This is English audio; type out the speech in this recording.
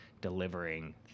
delivering